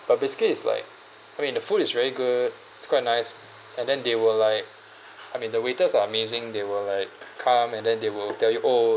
but basically it's like I mean the food is very good it's quite nice and then they will like I mean the waiters are amazing they will like c~ come and then they will tell you oh